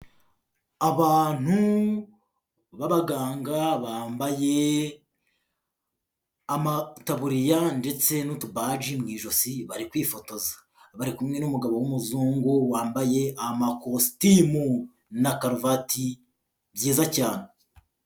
Abantu b'abaganga bambaye amataburiya ndetse n'utubaji mu ijosi bari kwifotoza bari kumwe n'umugabo w'umuzungu wambaye amakositimu na karuvati byiza cyane.